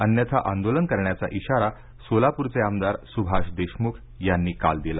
अन्यथा आंदोलन करण्याचा इशारा सोलापूरचे आमदार सुभाष देशमुख यांनी काल दिला